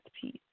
peace